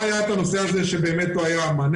בהתחלה היה את הנושא הזה שבאמת לא היה מענה,